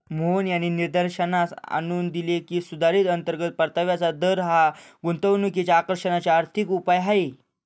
मोहन यांनी निदर्शनास आणून दिले की, सुधारित अंतर्गत परताव्याचा दर हा गुंतवणुकीच्या आकर्षणाचे आर्थिक उपाय आहे